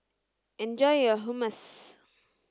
enjoy your Hummus